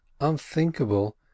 unthinkable